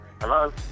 Hello